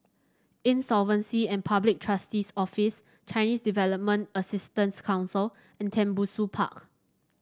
Insolvency and Public Trustee's Office Chinese Development Assistance Council and Tembusu Park